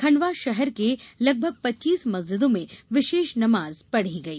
खण्डवा शहर के लगभग पच्चीस मस्जिदों में विशेष नमाज़ पढ़ी गई